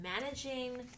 managing